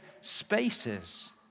spaces